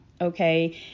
okay